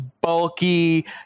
bulky